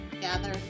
gather